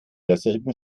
derselben